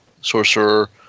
sorcerer